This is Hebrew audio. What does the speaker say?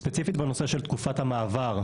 ספציפית בנושא של תקופת המעבר,